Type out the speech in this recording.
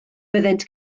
byddent